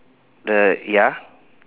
the ya